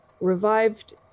revived